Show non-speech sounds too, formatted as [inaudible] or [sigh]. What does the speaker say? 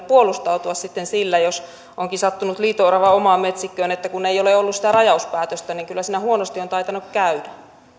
[unintelligible] puolustautua sitten sillä jos onkin sattunut liito orava omaan metsikköön että ei ole ollut sitä rajauspäätöstä niin kyllä siinä huonosti on taitanut käydä